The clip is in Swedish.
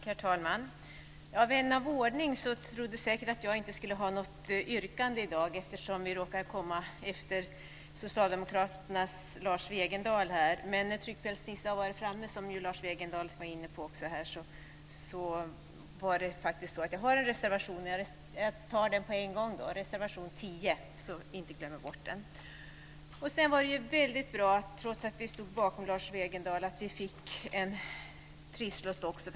Herr talman! Vän av ordning trodde säkert att jag i dag inte skulle ha något yrkande, eftersom jag råkat bli uppsatt efter socialdemokraten Lars Wegendal. Det är dock tryckfelsnisse som har varit framme, som Lars Wegendal redan har varit inne på här. Jag har ett yrkande om bifall till en reservation, nämligen till reservation 10, vilket jag framför nu för att inte glömma bort det. Det var väldigt bra att också vi som står bakom Lars Wegendal på talarlistan fått en trisslott.